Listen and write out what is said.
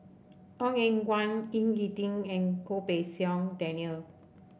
Ong Eng Guan Ying E Ding and Goh Pei Siong Daniel